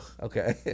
Okay